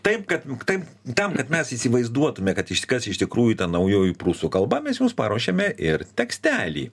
taip kad taip tam kad mes įsivaizduotume kad iš kas iš tikrųjų ta naujoji prūsų kalba mes jums paruošėme ir tekstelį